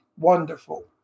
wonderful